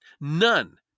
None